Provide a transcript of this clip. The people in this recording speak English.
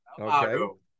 okay